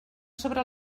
sobre